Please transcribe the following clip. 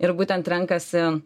ir būtent renkasi